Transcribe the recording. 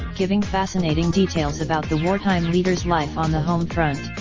giving fascinating details about the wartime leaders life on the home front.